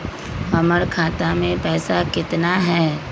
हमर खाता मे पैसा केतना है?